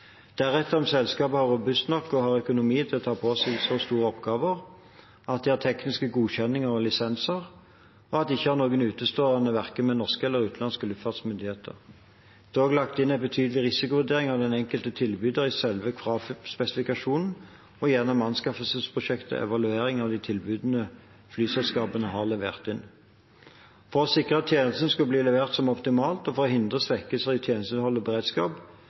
om selskapene er robuste nok og har økonomi til å ta på seg så store oppgaver, at de har tekniske godkjenninger og lisenser, og at de ikke har noe utestående verken med norske eller utenlandske luftfartsmyndigheter. Det er også lagt inn en betydelig risikovurdering av den enkelte tilbyder i selve kravspesifikasjonen og gjennom anskaffelsesprosjektets evaluering av de tilbudene flyselskapene har levert inn. For å sikre at tjenesten skulle bli levert som avtalt og for å hindre svekkelse i tjenesteinnhold og beredskap,